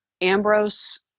Ambrose